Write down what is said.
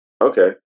okay